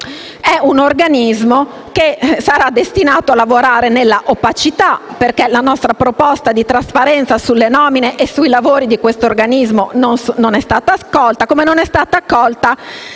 è un organismo destinato a lavorare nell'opacità, perché la nostra proposta di trasparenza sulle nomine e sui lavori non è stata accolta, come non è stata accolta